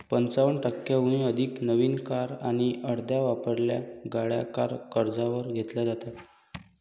पंचावन्न टक्क्यांहून अधिक नवीन कार आणि अर्ध्या वापरलेल्या गाड्या कार कर्जावर घेतल्या जातात